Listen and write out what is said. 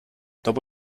dopo